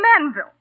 Manville